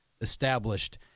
established